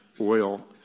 oil